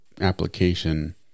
application